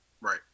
right